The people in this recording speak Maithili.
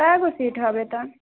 कएगो सीट हबे तऽ